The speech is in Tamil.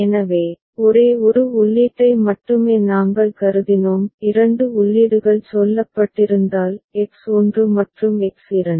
எனவே ஒரே ஒரு உள்ளீட்டை மட்டுமே நாங்கள் கருதினோம் இரண்டு உள்ளீடுகள் சொல்லப்பட்டிருந்தால் எக்ஸ் 1 மற்றும் எக்ஸ் 2